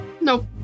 Nope